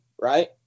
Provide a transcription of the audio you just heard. right